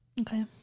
Okay